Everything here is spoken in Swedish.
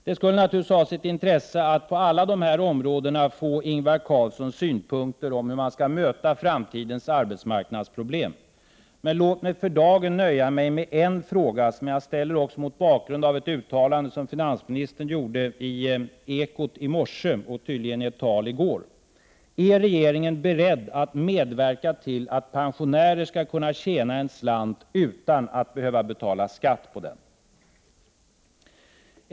Det skulle naturligtvis ha sitt intresse att på alla områden få Ingvar Carlssons synpunkter på hur man skall möta framtidens arbetsmarknadsproblem. Men låt mig för dagen nöja mig med en fråga som jag ställer också mot bakgrund av ett uttalande som finansministern gjorde i Ekot i morse och tydligen också i ett tal i går: Är regeringen beredd att medverka till att pensionärer skall kunna tjäna en slant utan att behöva betala skatt på den?